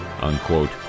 Unquote